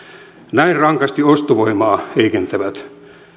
näin rankasti ostovoimaa heikentävät